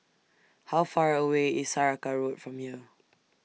How Far away IS Saraca Road from here